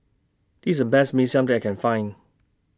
This IS The Best Mee Siam that I Can Find